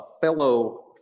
fellow